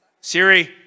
Siri